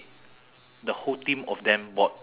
unforgettable gift ah